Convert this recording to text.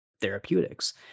therapeutics